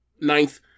ninth